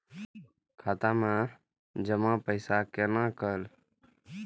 खाता मैं जमा पैसा कोना कल